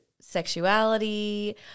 sexuality